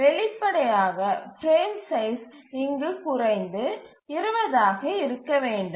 வெளிப்படையாக frame size இங்கு குறைந்து 20 ஆக இருக்க வேண்டும்